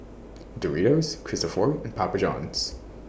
Doritos Cristofori and Papa Johns